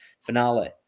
finale